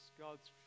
God's